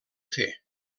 fer